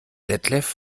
detlef